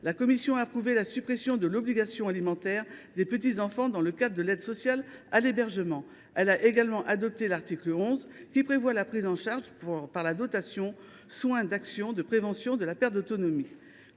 la commission a approuvé la suppression de l’obligation alimentaire des petits enfants dans le cadre de l’aide sociale à l’hébergement. Elle a également adopté l’article 11, qui prévoit la prise en charge d’actions de prévention de la perte d’autonomie